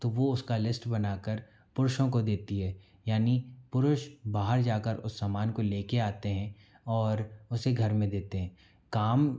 तो वो उसका लिस्ट बनाकर पुरुषों को देती हैं यानि पुरुष बाहर जाकर उस सामान को लेके आते हैं और उसे घर में देते हैं काम